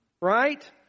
Right